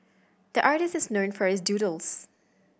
the artist is known for his doodles